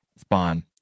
spawn